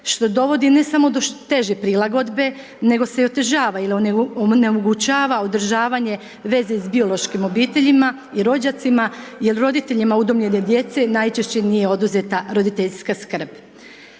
što dovodi ne samo do teže prilagodbe, nego se i otežava ili onemogućava održavanje veze s biološkim obiteljima i rođacima jer roditeljima udomljene djece najčešće nije oduzeta roditeljska skrb.